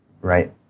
Right